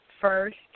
first